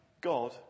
God